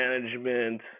management